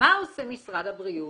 ומה עושה משרד הבריאות?